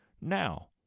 Now